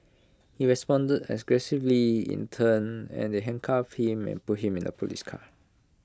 he responded aggressively in turn and they handcuffed him and put him in the Police car